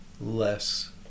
less